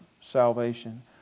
salvation